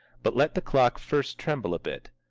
but let the clock first tremble a bit.